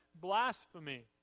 blasphemy